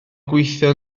gweithio